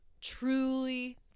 truly